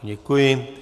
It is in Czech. Děkuji.